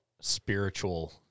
spiritual